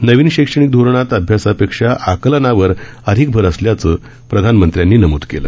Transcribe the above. नवीन शैक्षणिक धोरणात अभ्यासापेक्षा आकलनावर अधिक भर असल्याचं प्रधानमंत्र्यांनी नमूद केलं